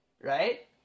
right